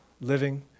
living